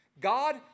God